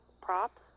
props